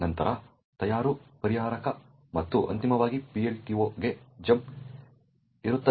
ನಂತರ ತಯಾರು ಪರಿಹಾರಕ ಮತ್ತು ಅಂತಿಮವಾಗಿ PLT0 ಗೆ ಜಂಪ್ ಇರುತ್ತದೆ